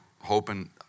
hoping